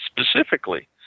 specifically